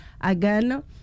again